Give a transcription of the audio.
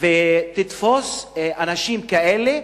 ותתפוס אנשים כאלה,